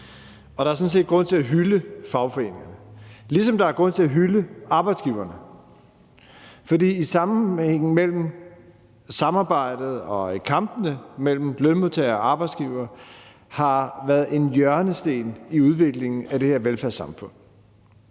Og der er sådan set grund til at hylde fagforeningerne, ligesom der er grund til at hylde arbejdsgiverne, for sammenhængen mellem samarbejdet og kampene mellem lønmodtagere og arbejdsgivere har været en hjørnesten i udviklingen af det her velfærdssamfund.